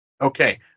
Okay